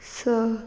स